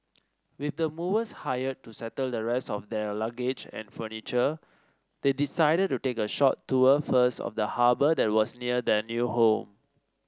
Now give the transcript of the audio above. with the movers hired to settle the rest of their luggage and furniture they decided to take a short tour first of the harbour that was near their new home